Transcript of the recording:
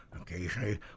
occasionally